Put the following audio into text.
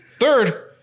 Third